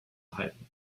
halten